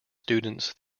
students